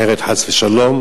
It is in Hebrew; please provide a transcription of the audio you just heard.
חבר הכנסת נסים זאב, כמובן,